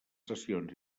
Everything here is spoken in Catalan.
sessions